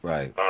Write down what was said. Right